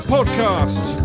Podcast